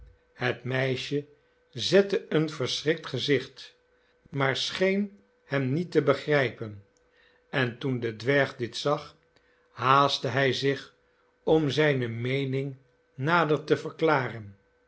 het meisje zette een verschrikt gezicht maar scheen hem niet te begrijpen en toen de dwerg dit zag haastte hij zich om zijne meening nader te verklaren